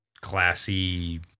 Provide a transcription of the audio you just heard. classy